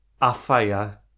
Afire